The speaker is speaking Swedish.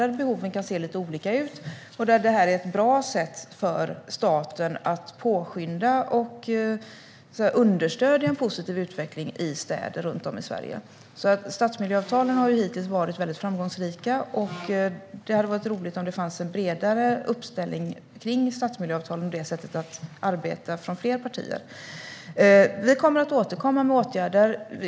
Där kan behoven se lite olika ut. Detta är ett bra sätt för staten att påskynda och understödja en positiv utveckling i städer runt om i Sverige. Stadsmiljöavtalen har hittills varit väldigt framgångsrika. Det hade varit roligt om det hade funnits en bredare uppställning från fler partier kring stadsmiljöavtalen och det sättet att arbeta. Vi kommer att återkomma med åtgärder.